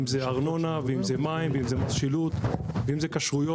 אם זה ארנונה ואם זה מים ואם זה מס שילוט ואם זה כשרויות,